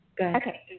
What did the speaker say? Okay